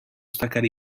staccare